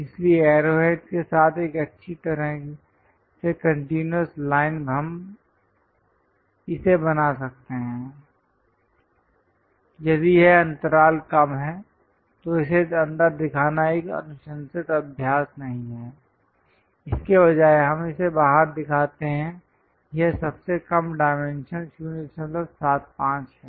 इसलिए एरोहेड्स के साथ एक अच्छी तरह से एक कंटीन्यूअस लाइन हम इसे बना सकते हैं यदि यह अंतराल कम है तो इसे अंदर दिखाना एक अनुशंसित अभ्यास नहीं है इसके बजाय हम इसे बाहर दिखाते हैं यह सबसे कम डायमेंशन 075 है